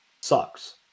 sucks